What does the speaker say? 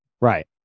right